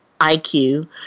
IQ